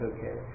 Okay